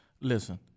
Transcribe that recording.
Listen